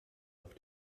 auf